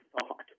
thought